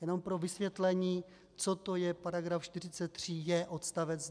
Jenom pro vysvětlení, co to je § 43j odst.